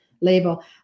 label